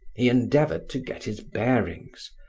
he endeavored to get his bearings,